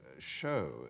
Show